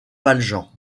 valjean